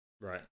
Right